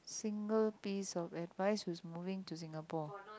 single piece of advice with moving to Singapore